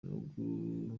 mukino